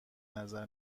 نظر